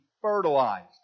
fertilized